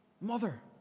mother